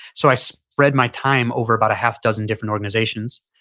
so i spread my time over about a half dozen different organizations,